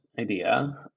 idea